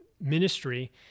ministry